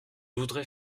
voudrais